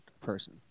person